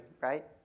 right